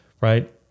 right